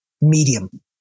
medium